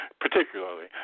particularly